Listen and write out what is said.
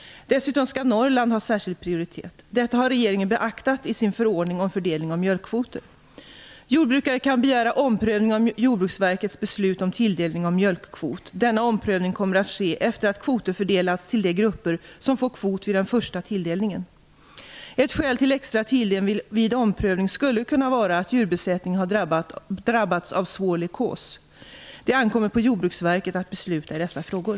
Dessutom skall Norrland ha särskild prioritet. Detta har regeringen beaktat i sin förordning om fördelning av mjölkkvoter. Jordbrukare kan begära omprövning av Jordbruksverkets beslut om tilldelning av mjölkkvot. Denna omprövning kommer att ske efter att kvoter fördelats till de grupper som får kvot vid den första tilldelningen. Ett skäl till extra tilldelning vid omprövning skulle kunna vara att djurbesättningen har drabbats svårt av leukos. Det ankommer på Jordbruksverket att besluta i dessa frågor.